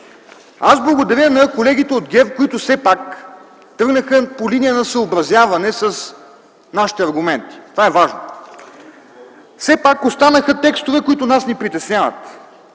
Аз благодаря на колегите от ГЕРБ, които все пак тръгнаха по линия на съобразяване с нашите аргументи. Това е важно. Все пак останаха текстове, които нас ни притесняват